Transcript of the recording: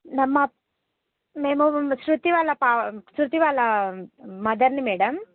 నా మా మేము శృతి వాళ్ళ పా శృతి వాళ్ళ మదర్ని మేడమ్